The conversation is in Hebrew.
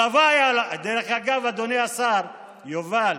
דרך אגב, אדוני השר יובל,